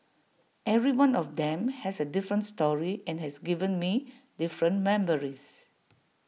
every one of them has A different story and has given me different memories